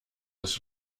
dass